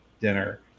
dinner